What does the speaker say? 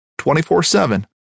24-7